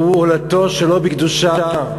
הולדתו שלא בקדושה.